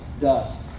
dust